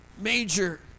major